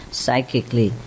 psychically